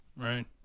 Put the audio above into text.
right